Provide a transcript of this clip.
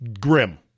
grim